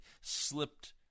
slipped